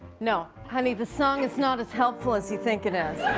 no, honey, the song is not as helpful as you think it is.